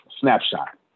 Snapshot